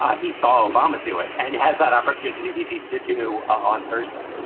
ah he saw obama do it and has that opportunity to do on thursday